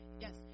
Yes